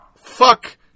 Fuck